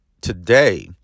today